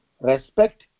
respect